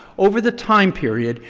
over the time period,